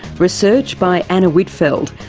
research by anna whitfeld,